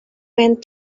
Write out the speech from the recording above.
when